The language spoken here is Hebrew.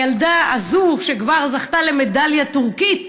הילדה הזו כבר זכתה למדליה טורקית